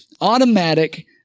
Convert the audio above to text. automatic